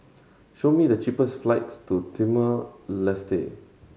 show me the cheapest flights to Timor Leste